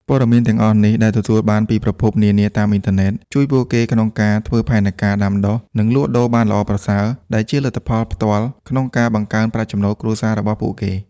ព័ត៌មានទាំងអស់នេះដែលទទួលបានពីប្រភពនានាតាមអ៊ីនធឺណិត ជួយពួកគេក្នុងការ ធ្វើផែនការដាំដុះ និង លក់ដូរបានល្អប្រសើរ ដែលជាលទ្ធផលផ្ទាល់ក្នុងការ បង្កើនប្រាក់ចំណូលគ្រួសារ របស់ពួកគេ។